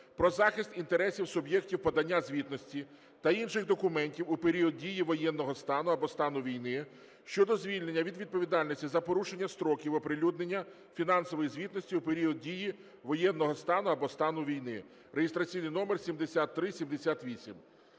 “Про захист інтересів суб’єктів подання звітності та інших документів у період дії воєнного стану або стану війни” щодо звільнення від відповідальності за порушення строків оприлюднення фінансової звітності у період дії воєнного стану або стану війни (реєстраційний номер 7378).